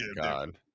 God